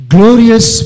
Glorious